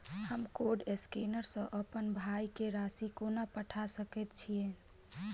हम code scanner सँ अप्पन भाय केँ राशि कोना पठा सकैत छियैन?